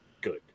good